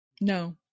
No